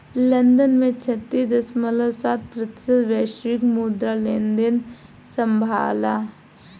London ने छत्तीस दश्मलव सात प्रतिशत वैश्विक मुद्रा लेनदेन संभाला